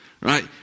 right